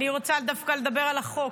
אני רוצה דווקא לדבר על החוק.